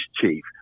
chief